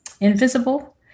invisible